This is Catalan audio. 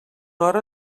hora